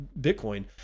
Bitcoin